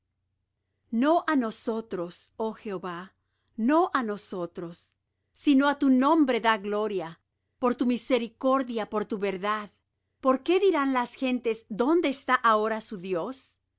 no á nosotros oh jehová no á nosotros sino á tu nombre da gloria por tu misericordia por tu verdad por qué dirán las gentes dónde está ahora su dios